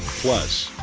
plus,